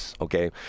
okay